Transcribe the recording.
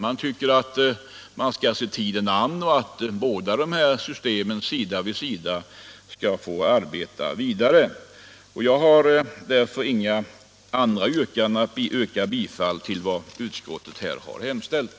Utskottet tycker att man skall se tiden an och att de båda systemen skall få arbeta vidare sida vid sida. Jag har därför inget annat yrkande än om bifall till vad utskottet hemställt.